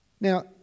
Now